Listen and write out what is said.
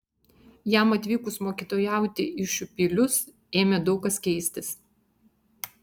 jam atvykus mokytojauti į šiupylius ėmė daug kas keistis